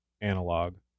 analog